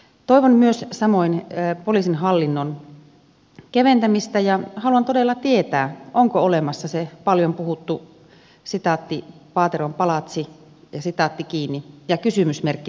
toivon myös samoin poliisin hallinnon keventämistä ja haluan todella tietää onko olemassa se paljon puhuttu paateron palatsi ja sitä on kiinnittää kysymysmerkki